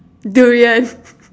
durian